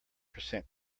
percent